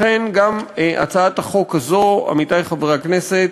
לכן גם הצעת החוק הזאת, עמיתי חברי הכנסת,